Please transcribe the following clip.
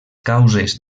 causes